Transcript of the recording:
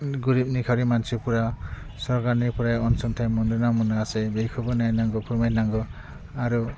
गोरिब निखावरि मानसिफोरा सरकारनिफ्राय अनसुंथाय मोनदोना मोनासै बेखौबो नायनांगो फोरमायनांगो आरो